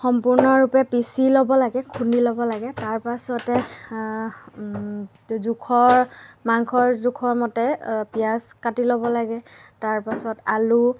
সম্পূৰ্ণৰূপে পিচি ল'ব লাগে খুন্দি ল'ব লাগে তাৰ পাছতে জোখৰ মাংসৰ জোখৰ মতে পিঁয়াজ কাটি ল'ব লাগে তাৰ পাছত আলু